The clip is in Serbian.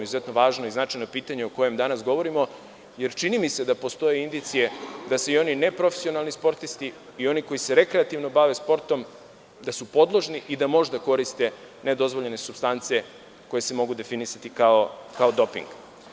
Izuzetno važno i značajno pitanje o kojem danas govorimo, jer čini mi se da postoje indicije da se i oni ne profesionalni sportisti i oni koji se rekreativno bave sportom da su podložni i da možda koriste ne dozvoljene supstance koje se mogu definisati kao doping.